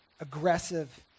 aggressive